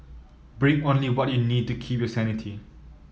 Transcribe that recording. bring only what you need to keep your sanity